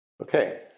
Okay